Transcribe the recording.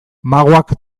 magoak